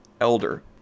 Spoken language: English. elder